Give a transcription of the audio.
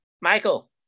Michael